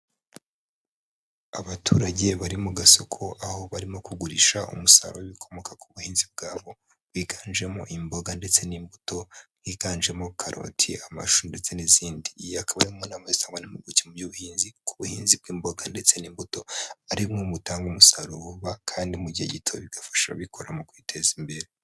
Abaturage bari mu gasoko, aho barimo kugurisha umusaruro w'ibikomoka ku buhinzi bwabo, biganjemo imboga ndetse n'imbuto. Higanjemo karoti, amashu ndetse n'izindi. Iyi akaba ari imwe mu nama zitangwa n'impuguke mu by'ubuhinzi. Ku buhinzi bw'imboga ndetse n'imbuto ari bimwe mu bitanga umusaruro vubavkandi mu gihe gito, bigafasha ababikora mu kwiteza imbere.